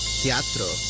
teatro